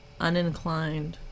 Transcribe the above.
uninclined